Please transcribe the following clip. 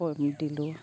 দিলোঁ